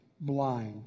blind